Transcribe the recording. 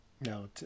No